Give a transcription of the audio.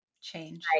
change